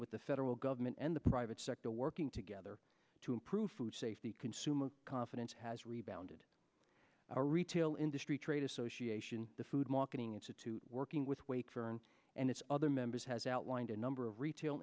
with the federal government and the private sector working together to improve food safety consumer confidence has rebounded our retail industry trade association the food marketing institute working with weight for and and its other members has outlined a number of retail